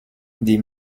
die